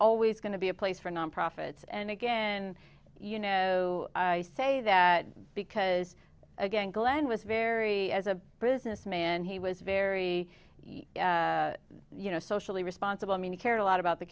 always going to be a place for non profits and again you know i say that because again glen was very as a businessman he was very you know socially responsible mean he cared a lot about the